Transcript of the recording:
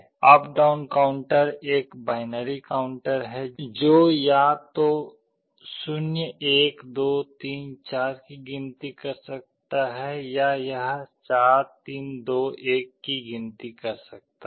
up down counter एक binary counter है जो या तो 0 1 2 3 4 की गिनती कर सकता है या यह 4 3 2 1 की गिनती कर सकता है